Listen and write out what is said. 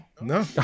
no